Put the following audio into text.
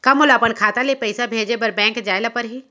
का मोला अपन खाता ले पइसा भेजे बर बैंक जाय ल परही?